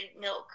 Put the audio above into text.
milk